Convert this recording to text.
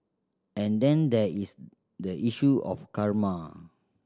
and then there is the issue of karma